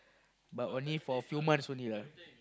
but only for few months only lah